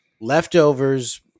leftovers